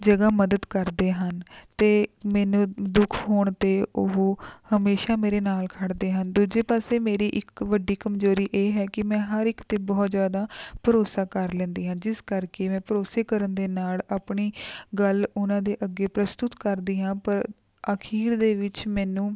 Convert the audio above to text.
ਜਗ੍ਹਾ ਮਦਦ ਕਰਦੇ ਹਨ ਅਤੇ ਮੈਨੂੰ ਦੁੱਖ ਹੋਣ 'ਤੇ ਉਹ ਹਮੇਸ਼ਾਂ ਮੇਰੇ ਨਾਲ ਖੜ੍ਹਦੇ ਹਨ ਦੂਜੇ ਪਾਸੇ ਮੇਰੀ ਇੱਕ ਵੱਡੀ ਕਮਜ਼ੋਰੀ ਇਹ ਹੈ ਕਿ ਮੈਂ ਹਰ ਇੱਕ 'ਤੇ ਬਹੁਤ ਜ਼ਿਆਦਾ ਭਰੋਸਾ ਕਰ ਲੈਂਦੀ ਹਾਂ ਜਿਸ ਕਰਕੇ ਮੈਂ ਭਰੋਸੇ ਕਰਨ ਦੇ ਨਾਲ ਆਪਣੀ ਗੱਲ ਉਨ੍ਹਾਂ ਦੇ ਅੱਗੇ ਪ੍ਰਸਤੁਤ ਕਰਦੀ ਹਾਂ ਪਰ ਅਖੀਰ ਦੇ ਵਿੱਚ ਮੈਨੂੰ